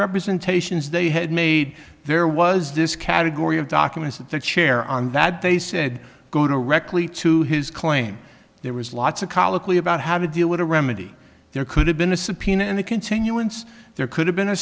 representations they had made there was this category of documents that the chair on that they said go directly to his claim there was lots of colloquy about how to deal with a remedy there could have been a subpoena and a continuance there could have been a